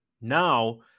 Now